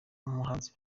umuhanzi